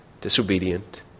disobedient